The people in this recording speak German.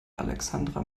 alexandra